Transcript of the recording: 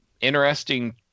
interesting